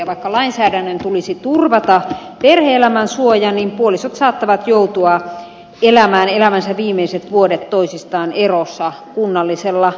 ja vaikka lainsäädännön tulisi turvata perhe elämän suoja niin puolisot saattavat joutua elämään elämänsä viimeiset vuodet toisistaan erossa kunnallisella päätöksellä